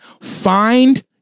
find